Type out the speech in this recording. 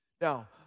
Now